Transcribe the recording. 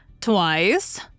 Twice